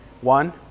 One